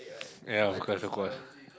ya of course of course